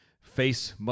face